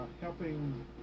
helping